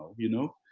you know.